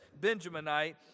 Benjaminite